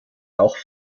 auch